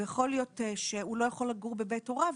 יכול להיות שהוא לא יכול לגור בבית הוריו,